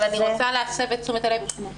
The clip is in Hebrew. אבל אני רוצה להסב את תשומת הלב.